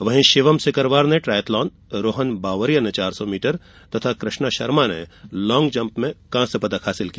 वहीं शिवम सिकरवार ने ट्रायथलान रोहन बावरिया ने चार सौ मीटर तथा कृष्णा शर्मा ने लान्गजम्प में एक एक कांस्य पदक हासिल किया